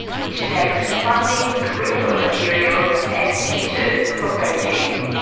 which takes funding, curriculum materials and teachers from beijing.